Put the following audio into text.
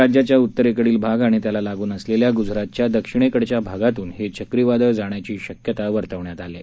राज्याच्या उतरेकडील भाग आणि त्याला लागून असलेला ग्जरातच्या दक्षिणेकडच्या भागातून हे चक्रीवादळ जाण्याची शक्यता वर्तवण्यात आली आहे